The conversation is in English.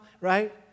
right